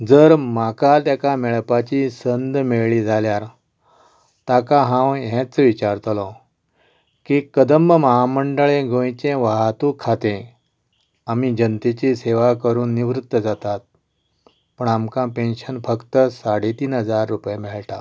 जर म्हाका तेका मेळपाची संद मेळ्ळी जाल्यार ताका हांव हेंच विचारतलो की कदंब महामंडळ हें गोंयचें वाहतूक खातें आमी जनतेची सेवा करून निवृत्त जातात पण आमकां पेंशन फक्त साडे तीन हजार रुपये मेळटा